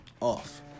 off